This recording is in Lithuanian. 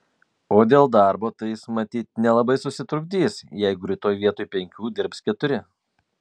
o dėl darbo tai jis matyt nelabai susitrukdys jeigu rytoj vietoj penkių dirbs keturi